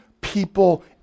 people